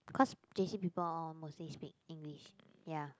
cause J_C people all mostly speak english ya